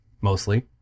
mostly